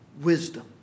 wisdom